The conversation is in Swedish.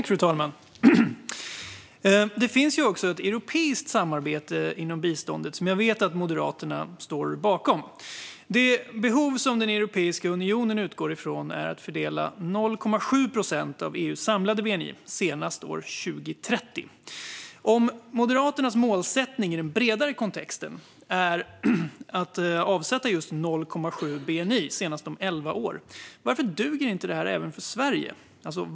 Fru talman! Det finns ju också ett europeiskt biståndssamarbete som jag vet att Moderaterna står bakom. Det behov som Europeiska unionen utgår från är att 0,7 procent av EU:s samlade medel ska fördelas senast år 2030. Om Moderaternas målsättning i den bredare kontexten är att avsätta just 0,7 procent av bni senast om elva år, varför duger det inte även för Sverige?